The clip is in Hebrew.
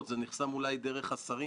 אחרונה אבקש מעו"ד נילי אבן-חן.